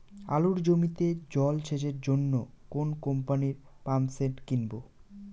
আলুর জমিতে জল সেচের জন্য কোন কোম্পানির পাম্পসেট কিনব?